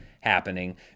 happening